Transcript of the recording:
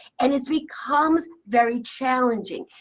and it becomes very challenging.